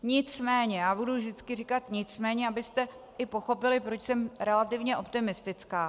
Nicméně já budu vždycky říkat nicméně, abyste pochopili, proč jsem relativně optimistická.